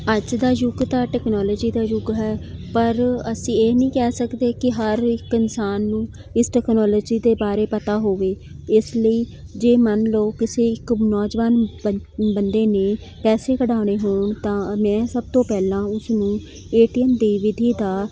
ਅੱਜ ਦਾ ਯੁੱਗ ਤਾਂ ਟਕਨੋਲਜੀ ਦਾ ਯੁੱਗ ਹੈ ਪਰ ਅਸੀਂ ਇਹ ਨਹੀਂ ਕਹਿ ਸਕਦੇ ਕਿ ਹਰ ਇੱਕ ਇਨਸਾਨ ਨੂੰ ਇਸ ਟਕਨੋਲਜੀ ਦੇ ਬਾਰੇ ਪਤਾ ਹੋਵੇ ਇਸ ਲਈ ਜੇ ਮੰਨ ਲਓ ਕਿਸੇ ਇੱਕ ਨੌਜਵਾਨ ਬੰ ਬੰਦੇ ਨੇ ਪੈਸੇ ਕਢਾਉਣੇ ਹੋਣ ਤਾਂ ਮੈਂ ਸਭ ਤੋਂ ਪਹਿਲਾਂ ਉਸ ਨੂੰ ਏਟੀਐੱਮ ਦੀ ਵਿਧੀ ਦਾ